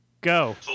Go